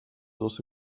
dos